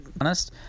honest